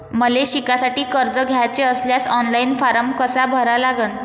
मले शिकासाठी कर्ज घ्याचे असल्यास ऑनलाईन फारम कसा भरा लागन?